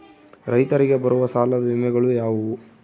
ರೈತರಿಗೆ ಬರುವ ಸಾಲದ ವಿಮೆಗಳು ಯಾವುವು?